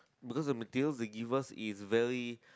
because of materials they give us is very